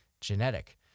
genetic